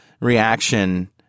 reaction